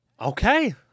okay